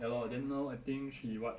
ya lor then now I think she what